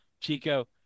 Chico